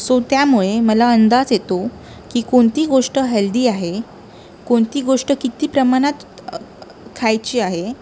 so त्यामुळे मला अंदाज येतो की कोणती गोष्ट हेल्दी आहे कोणती गोष्ट किती प्रमाणात खायची आहे